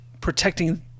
protecting